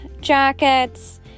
jackets